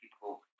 people